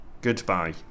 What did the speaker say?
Goodbye